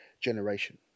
generation